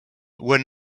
were